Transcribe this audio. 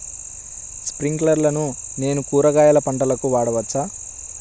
స్ప్రింక్లర్లను నేను కూరగాయల పంటలకు వాడవచ్చా?